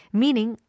meaning